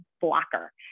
blocker